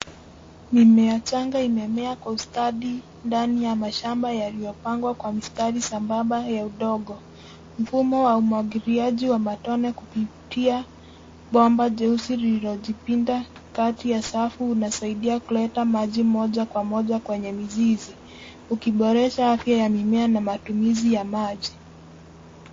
Mimea changa imemea kwa ustadi ndani ya mashamba yaliyopangwa kwa mistari sambamba ya udogo. Mfumo wa umwagiliaji wa matone kupitia bomba jesusi lililojipinda kati ya safu unasaidia kuleta maji moja kwa moja kwenye mizizi ukiboresha afya ya mimea na matumizi ya maji.